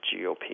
GOP